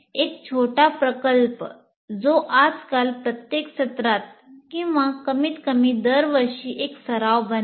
एक छोटा प्रकल्प जो आजकाल प्रत्येक सत्रात किंवा कमीतकमी दर वर्षी एक सराव बनत आहे